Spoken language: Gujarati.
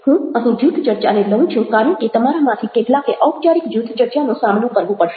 હું અહીં જૂથ ચર્ચાને લઉં છું કારણ કે તમારામાંથી કેટલાકે ઔપચારિક જૂથ ચર્ચાનો સામનો કરવો પડશે